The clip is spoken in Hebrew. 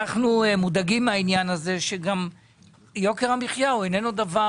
אנחנו מודאגים מהעניין הזה שיוקר המחיה הוא איננו דבר